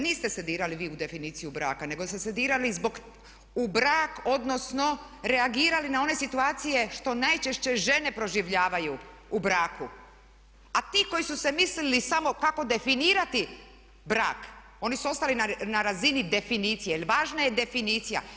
Niste se dirali vi u definiciju braka, nego ste se dirali u brak, odnosno reagirali na one situacije što najčešće žene proživljavaju u braku, a ti koji su se mislili samo kako definirati brak oni su ostali na razini definicije, jer važna je definicija.